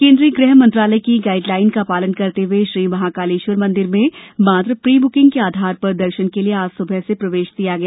केन्द्रीय गृह मंत्रालय की गाइड लाइन का पालन करते हुए श्री महाकालेश्वर मंदिर में मात्र प्री बुकिंग के आधार पर दर्शन के लिये आज सुबह से प्रवेश दिया गया